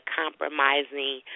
compromising